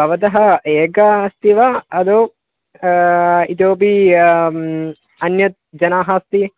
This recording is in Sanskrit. भवतः एका अस्ति वा आदौ इतोपि अन्यत् जनाः अस्ति